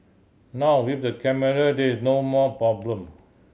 now with the camera there's no more problem